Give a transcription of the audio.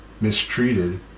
mistreated